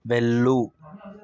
వెళ్ళు